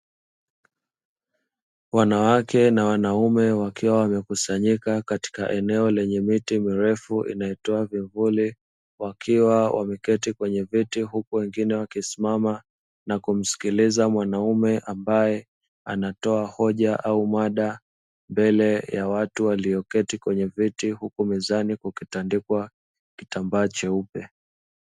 Wanawake na wanaume wakiwa wamekusanyika katika eneo lenye miti mirefu inayotoa vivuli, wakiwa wameketi kwenye viti, huku wengine wakisimama na kumsikiliza mwanaume ambaye anatoa hoja au mada mbele ya watu walioketi kwenye viti huku mezani kukitandikwa kitambaa cheupe.